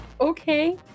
Okay